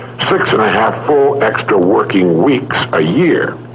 six and a half full extra working weeks a year.